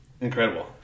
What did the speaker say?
Incredible